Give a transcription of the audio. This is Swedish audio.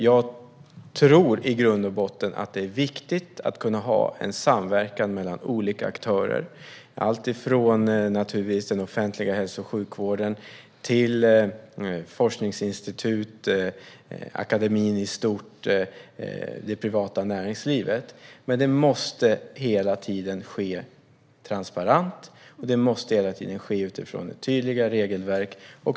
Jag tror i grund och botten att det är viktigt att kunna ha en samverkan mellan olika aktörer - det gäller allt från den offentliga hälso och sjukvården till forskningsinstitut, akademin i stort och det privata näringslivet. Men det måste hela tiden ske transparent, och det måste hela tiden ske utifrån tydliga regelverk.